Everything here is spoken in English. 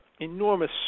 enormous